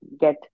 get